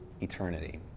eternity